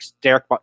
Derek